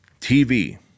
TV